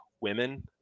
women